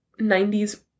90s